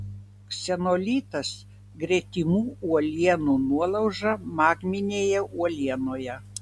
ksenolitas gretimų uolienų nuolauža magminėje uolienoje